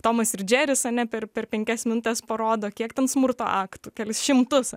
tomas ir džeris ane per per penkias minutes parodo kiek ten smurto aktų kelis šimtus